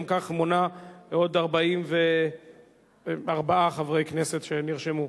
גם כך היא מונה עוד 44 חברי כנסת שנרשמו.